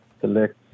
Select